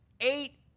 eight